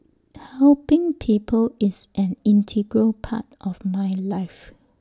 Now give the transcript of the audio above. helping people is an integral part of my life